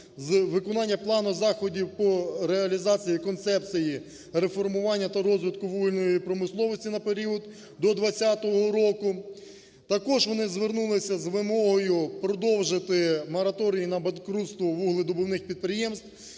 виконання плану заходів по реалізації концепції реформування та розвитку вугільної промисловості на період до 20-го року. Також вони звернулися з вимогою продовжити мораторій на банкрутство вугледобувних підприємств.